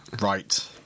Right